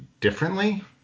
differently